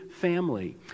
family